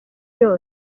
yose